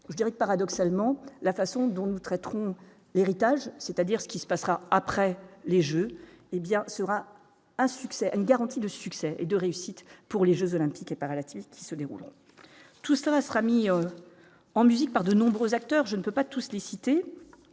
je dirais que, paradoxalement, la façon dont nous traiterons l'héritage, c'est-à-dire ce qui se passera après les Jeux, hé bien sera un succès, une garantie de succès et de réussite pour les Jeux olympiques et par la Turquie se déroule tout cela sera mis en musique par de nombreux acteurs, je ne peux pas tous les citer,